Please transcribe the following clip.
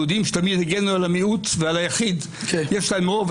היהודים שתמיד הגנו על המיעוט ועל היחיד ויש להם רוב,